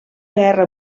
guerra